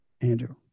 Andrew